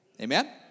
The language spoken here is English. Amen